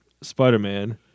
Spider-Man